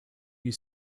you